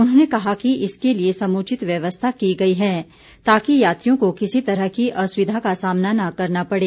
उन्होंने कहा कि इसके लिये समुचित व्यवस्था की गई है ताकि यात्रियों को किसी तरह की असुविधा का सामना न करना पड़े